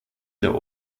der